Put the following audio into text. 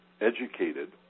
educated